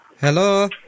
Hello